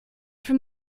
from